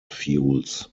fuels